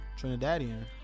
trinidadian